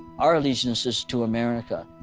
our allegiance is to america.